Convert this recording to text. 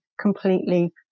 completely